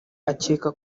akeka